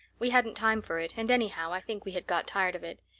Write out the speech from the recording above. we hadn't time for it and anyhow i think we had got tired of it.